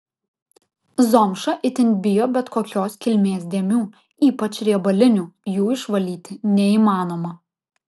zomša itin bijo bet kokios kilmės dėmių ypač riebalinių jų išvalyti neįmanoma